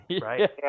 Right